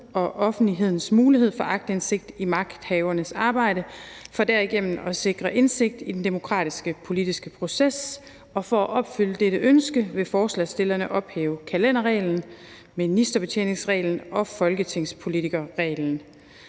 og offentlighedens mulighed for aktindsigt i magthavernes arbejde for derigennem at sikre indsigt i den demokratiske politiske proces. Og for at opfylde dette ønske vil forslagsstillerne ophæve kalenderreglen, ministerbetjeningsreglen og folketingspolitikerreglen.